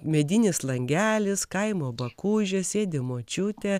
medinis langelis kaimo bakūžė sėdi močiutė